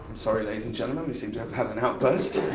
sorry, ladies and gentlemen, he seemed to have have an outburst.